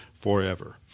forever